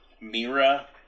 mira